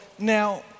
Now